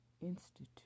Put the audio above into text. Institute